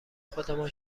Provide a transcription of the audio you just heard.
خودمان